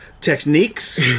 techniques